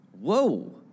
Whoa